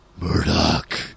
Murdoch